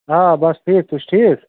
آ بَس ٹھیٖک تُہۍ چھُ ٹھیٖک